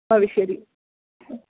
भविष्यन्ति